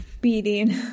beating